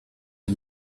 the